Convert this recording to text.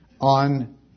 on